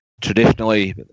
traditionally